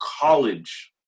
college